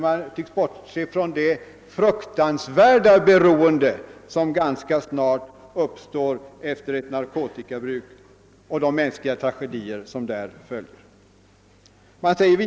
Man tycks bortse från det fruktansvärda beroende, som ganska snart uppstår vid ett narkotikabruk, och de mänskliga tragedier som därav följer.